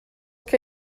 que